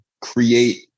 create